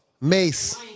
Mace